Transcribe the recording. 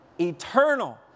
eternal